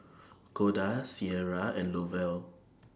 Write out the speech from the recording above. Koda Ciera and Lovell